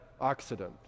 accident